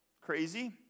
Crazy